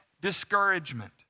discouragement